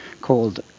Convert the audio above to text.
called